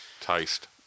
taste